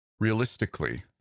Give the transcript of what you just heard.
Realistically